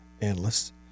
analysts